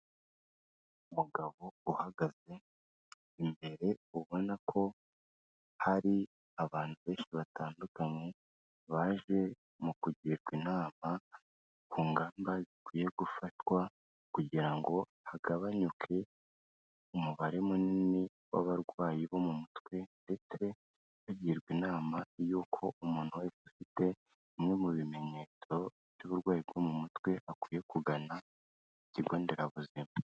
Umugabo uhagaze, imbere ubona ko hari abantu benshi batandukanye, baje mu kugirwa inama ku ngamba zikwiye gufatwa kugira ngo hagabanyuke umubare munini w'abarwayi bo mu mutwe ndetse bagirwa inama y'uko umuntu wese afite, bimwe mu bimenyetso by'uburwayi bwo mu mutwe akwiye kugana ikigo nderabuzima.